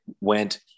went